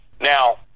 Now